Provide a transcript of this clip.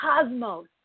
cosmos